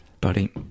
buddy